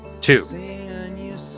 Two